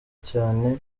cyane